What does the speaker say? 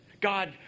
God